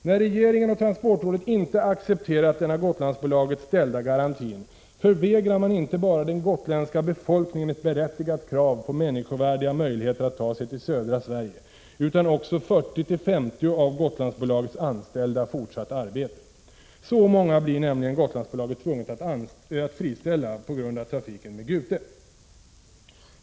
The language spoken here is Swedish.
När regeringen och transportrådet inte accepterat den av Gotlandsbolaget ställda garantin förvägrar man inte bara den gotländska befolkningen ett berättigat krav på människovärdiga möjligheter att ta sig till södra Sverige utan också 40-50 av Gotlandsbolagets anställda fortsatt arbete. Så många blir nämligen Gotlandsbolaget tvunget att friställa på grund av trafiken med Gute.